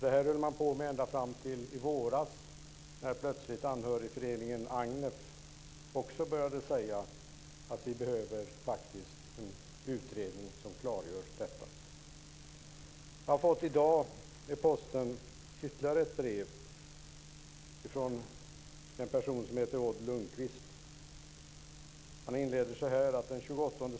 Det här höll man på med ända fram till i våras, när plötsligt anhörigföreningen Agnef också började säga att det behövs en utredning som klargör detta. Jag har i dag fått ytterligare ett brev med posten. Det är från Odd Lundkvist och hans hustru.